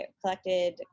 collected